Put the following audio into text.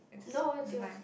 no that's yours